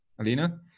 Alina